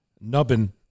nubbin